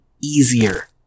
easier